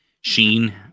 sheen